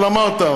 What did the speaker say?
אבל אמרת,